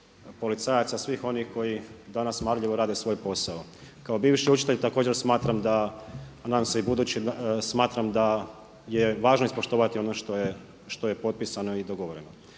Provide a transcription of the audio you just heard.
policajaca, svih onih koji danas marljivo rade svoj posao. Kao bivši učitelj također smatram da a nadam se i budući, smatram da je važno ispoštovati ono što je potpisano i dogovoreno.